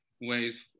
ways